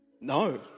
No